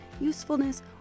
usefulness